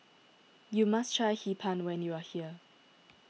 you must try Hee Pan when you are here